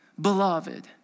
beloved